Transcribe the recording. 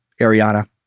Ariana